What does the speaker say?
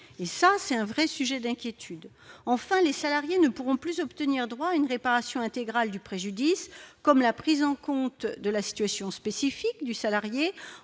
et ça c'est un vrai sujet d'inquiétude, enfin, les salariés ne pourront plus obtenir droit à une réparation intégrale du préjudice comme la prise en compte de la situation spécifique du salarié